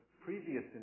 previous